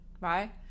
right